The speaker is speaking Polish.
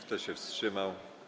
Kto się wstrzymał?